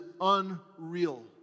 unreal